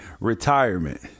retirement